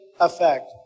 effect